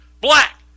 black